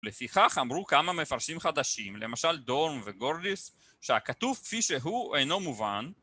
לפיכך אמרו כמה מפרשים חדשים, למשל דורן וגורדיס שהכתוב כפי שהוא אינו מובן